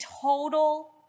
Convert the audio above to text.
total